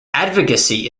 advocacy